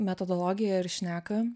metodologija ir šneka